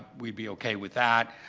we'd be ok with that.